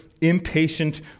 impatient